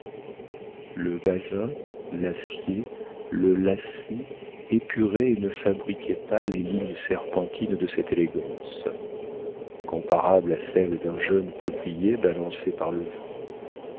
le basin l'acier le lacet épuraient et ne fabriquaient pas les lignes serpentines de cette élégance comparable à celle d'un jeune peuplier balancé par le vent